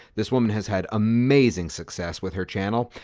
this woman has had amazing success with her channel,